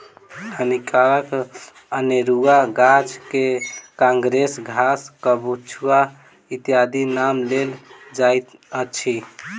हानिकारक अनेरुआ गाछ मे काँग्रेस घास, कबछुआ इत्यादिक नाम लेल जाइत अछि